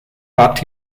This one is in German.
bat